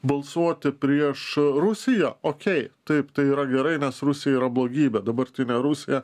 balsuoti prieš rusiją okei taip tai yra gerai nes rusija yra blogybė dabartinė rusija